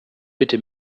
bitte